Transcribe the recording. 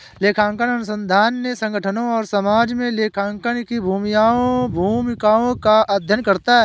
लेखांकन अनुसंधान ने संगठनों और समाज में लेखांकन की भूमिकाओं का अध्ययन करता है